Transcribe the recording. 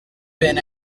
been